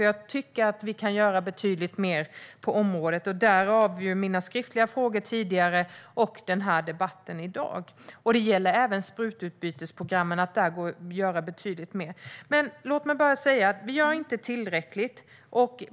Jag tycker att vi kan göra betydligt mer på området - därav mina skriftliga frågor tidigare och den här debatten i dag. Det gäller även sprututbytesprogrammen och att man där kan göra betydligt mer. Låt mig säga att vi inte gör tillräckligt.